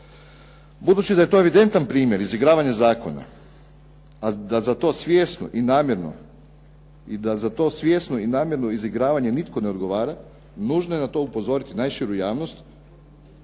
Budući da je to evidentan primjer izigravanja zakona a da za to svjesno i namjerno i da za to svjesno i namjerno izigravanje nitko ne odgovara nužno je na to upozoriti najširu javnost